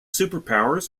superpowers